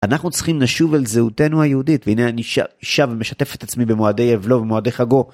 אנחנו צריכים לשוב על זהותנו היהודית והנה אני שב ומשתף את עצמי במועדי אבלו ומועדי חגו.